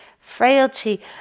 frailty